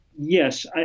Yes